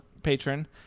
patron